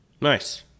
Nice